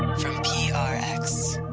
from prx,